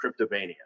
Cryptovania